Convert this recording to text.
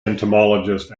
entomologist